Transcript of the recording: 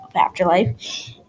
afterlife